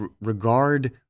regard